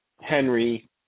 Henry